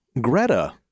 Greta